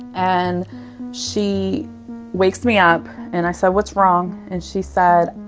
and she wakes me up, and i said, what's wrong? and she said,